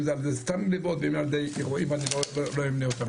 אם זה על ידי סתם גניבות ואם על ידי אירועים - אני לא אמנה אותם.